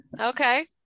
okay